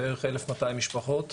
בערך 1,200 משפחות.